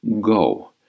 Go